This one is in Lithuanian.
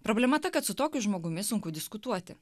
problema ta kad su tokiu žmogumi sunku diskutuoti